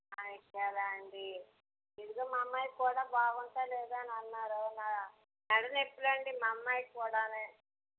అయ్ ఎలా అండి ఇదిగో మా అమ్మాయికి కూడా బాగుండటం లేదు అని అన్నారు న నడుమునెప్పులండి మా అమ్మాయికి కూడాను